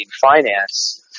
finance